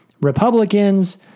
Republicans